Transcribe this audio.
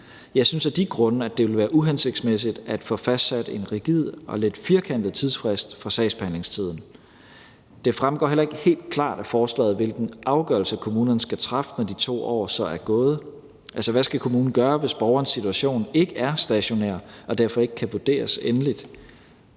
Jeg synes af de grunde, at det ville være uhensigtsmæssigt at få fastsat en rigid og lidt firkantet tidsfrist for sagsbehandlingstiden. Det fremgår heller ikke helt klart af forslaget, hvilken afgørelse kommunerne skal træffe, når de 2 år så er gået. Altså, hvad skal kommunen gøre, hvis borgerens situation ikke er stationær og derfor ikke kan vurderes endeligt?